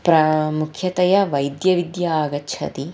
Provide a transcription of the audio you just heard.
प्रथमं मुख्यतया वैद्यविद्या आगच्छति